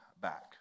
back